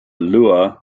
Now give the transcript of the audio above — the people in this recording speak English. lua